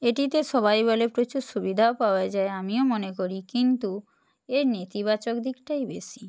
এটিতে সবাই বলে প্রচুর সুবিধাও পাওয়া যায় আমিও মনে করি কিন্তু এর নেতিবাচক দিকটাই বেশি